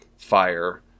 fire